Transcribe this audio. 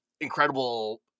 incredible